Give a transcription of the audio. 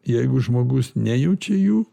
jeigu žmogus nejaučia jų